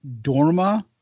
Dorma